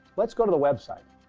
let's go to the website.